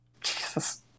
jesus